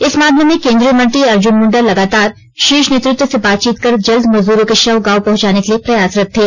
इस मामले में केंद्रीय मंत्री अर्जुन मुंडा लगातार शीर्ष नेतृत्व से बातचीत कर जल्द मजदूरों के शव गांव पहंचाने के लिए प्रयासरत थे